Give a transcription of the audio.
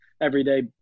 everyday